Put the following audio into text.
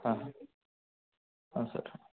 हां हां हां सर